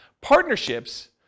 Partnerships